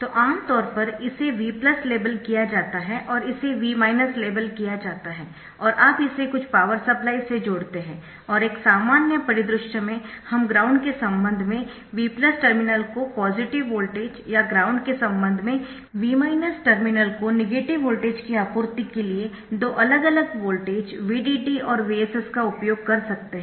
तो आम तौर पर इसे V लेबल किया जाता है और इसे V लेबल किया जाता है और आप इसे कुछ पावर सप्लाई से जोड़ते है और एक सामान्य परिदृश्य में हम ग्राउंड के संबंध में V टर्मिनल को पॉजिटिव वोल्टेज या ग्राउंड के संबंध में V टर्मिनल को नेगेटिव वोल्टेज की आपूर्ति के लिए दो अलग अलग वोल्टेज VDD और VSS का उपयोग कर सकते है